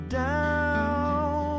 down